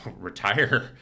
retire